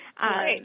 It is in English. Right